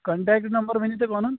contact number ؤنِو تُہۍ پَنُن